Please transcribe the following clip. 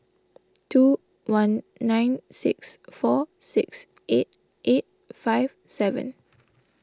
two one nine six four six eight eight five seven